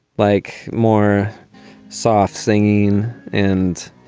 like more soft singing and